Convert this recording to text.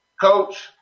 Coach